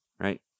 right